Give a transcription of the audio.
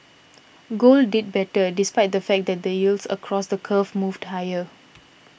gold did better despite the fact that the yields across the curve moved higher